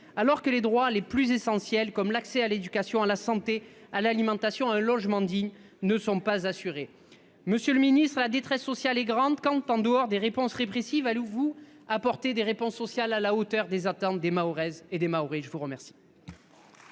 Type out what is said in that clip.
alors que les droits les plus essentiels comme l'accès à l'éducation à la santé à l'alimentation un logement digne, ne sont pas assurés. Monsieur le Ministre, la détresse sociale est grande quand en dehors des réponses répressives à vous apporter des réponses sociales à la hauteur des attentes des mahoraises et des Maoris. Je vous remercie.